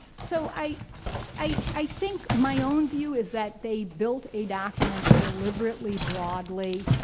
so i i think my own view is that they built a document deliberately broadly